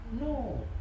No